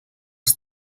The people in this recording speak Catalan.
has